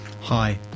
Hi